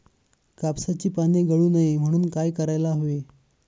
कापसाची पाने गळू नये म्हणून काय करायला हवे?